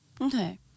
okay